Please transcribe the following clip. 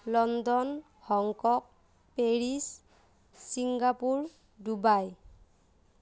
London Hong Kong Paris Singapore Dubai